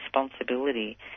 responsibility